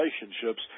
relationships